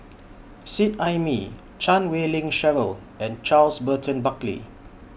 Seet Ai Mee Chan Wei Ling Cheryl and Charles Burton Buckley